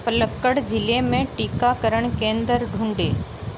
पलक्कड ज़िले में टीकाकरण केंद्र ढूँढें